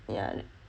yah